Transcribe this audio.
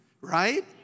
right